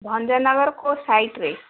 ଭଞ୍ଜନଗର କେଉଁ ସାଇଟରେ